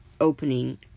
opening